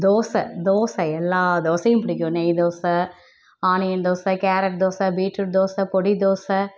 தோசை தோசை எல்லா தோசையும் பிடிக்கும் நெய்தோசை onion dosa carrot dosa beetroot dosa podi dosa